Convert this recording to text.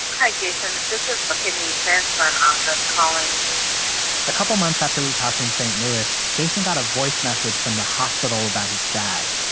hi, jason. this is the kidney so transplant office calling a couple months after we talked in st. louis, jason got a voice message from the hospital about his dad.